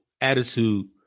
attitude